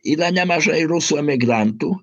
yra nemažai rusų emigrantų